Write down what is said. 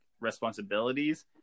responsibilities